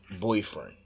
boyfriend